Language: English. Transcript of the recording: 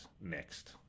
next